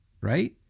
right